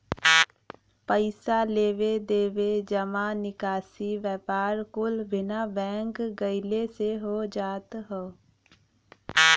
पइसा लेवे देवे, जमा निकासी, व्यापार कुल बिना बैंक गइले से हो जात हौ